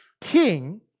king